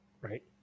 Right